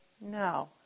no